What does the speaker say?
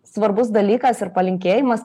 svarbus dalykas ir palinkėjimas